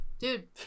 Dude